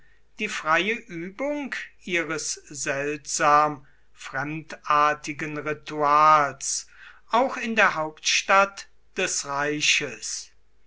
die freie übung ihres seltsam fremdartigen rituals auch in der hauptstadt des reiches